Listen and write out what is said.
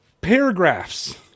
paragraphs